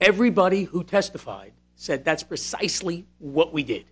everybody who testified said that's precisely what we did